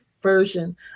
version